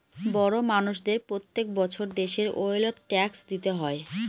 বড় মানষদের প্রত্যেক বছর দেশের ওয়েলথ ট্যাক্স দিতে হয়